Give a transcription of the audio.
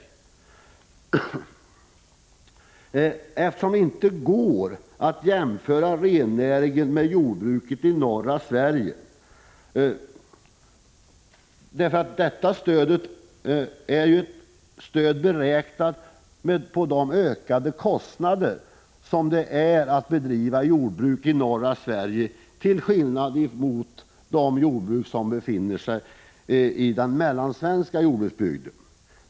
Det går inte att jämföra rennäringen med jordbruket i norra Sverige därför att stödet till jordbruket ju är beräknat på grundval av de ökade kostnader som det innebär att bedriva jordbruk i norra Sverige till skillnad från jordbruken i den mellansvenska jordbruksbygden.